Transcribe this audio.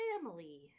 family